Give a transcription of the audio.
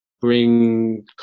bring